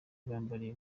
bambariye